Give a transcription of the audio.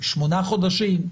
שמונה חודשים,